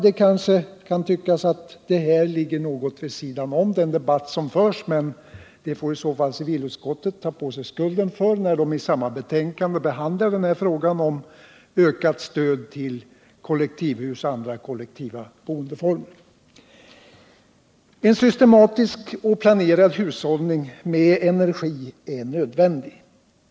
Det kanske kan tyckas att detta ligger något vid sidan om den debatt som förs, men det får i så fall civilutskottet ta på sig skulden för när man i samma betänkande behandlar energisparande och frågan om ökat stöd till kollektivhus och andra kollektiva boendeformer. En systematisk och planerad hushållning med energi är nödvändig.